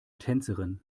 tänzerin